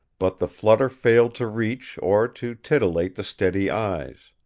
but the flutter failed to reach or to titillate the steady eyes.